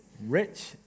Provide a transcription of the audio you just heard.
rich